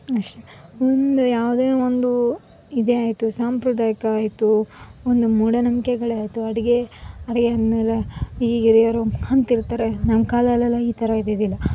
ಅಷ್ಟೆ ಮುಂದೆ ಯಾವುದೇ ಒಂದು ಇದೇ ಆಯಿತ ಸಾಂಪ್ರದಾಯಿಕ ಆಯಿತು ಒಂದು ಮೂಢನಂಬಿಕೆಗಳೆ ಆಯಿತು ಅಡುಗೆ ಅಂದ್ಮೇಲೆ ಈಗ ಹಿರಿಯರು ಅಂತಿರ್ತಾರೆ ನಮ್ಮ ಕಾಲದಲ್ಲೆಲ್ಲ ಈ ಥರ ಇದ್ದಿಲ್ಲ